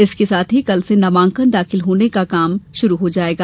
इसके साथ ही कल से नामांकन दाखिल होने का क्रम शुरु हो जाएगा